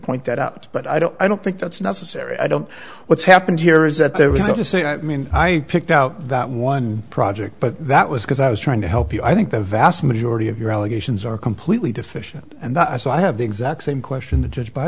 point that out but i don't i don't think that's necessary i don't what's happened here is that there was no to say i mean i picked out that one project but that was because i was trying to help you i think the vast majority of your allegations are completely deficient and i so i have the exact same question the ju